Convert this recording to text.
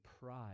pride